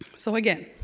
so again,